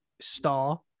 star